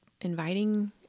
inviting